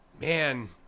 man